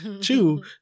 two